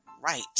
right